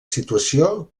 situació